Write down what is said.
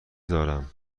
دارم